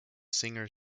singer